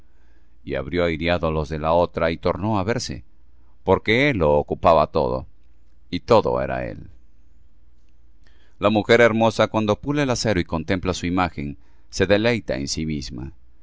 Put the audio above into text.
y abrió airado los de otra y torno á verse porque él lo ocupaba todo y todo era él la mujer hermosa cuando pule el acero y contempla su imagen se deleita en sí misma